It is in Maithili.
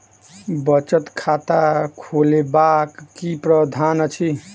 बचत खाता खोलेबाक की प्रावधान अछि?